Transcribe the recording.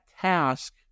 task